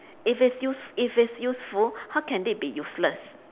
if it's use if it's useful how can it be useless